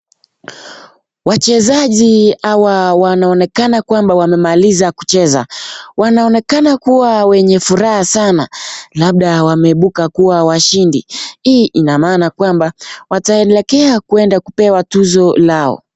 Wachezaji hawa wanaonekana kwamba wamemaliza kucheza. Wanaonekana kuwa wenye furaha sana labda wameibuka kuwa washindi. Hii ni maana kwamba wataelekea kueda kupewa tuzo lao.